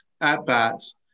at-bats